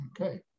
Okay